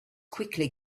quickly